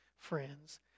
friends